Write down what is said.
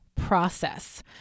process